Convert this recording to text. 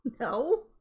No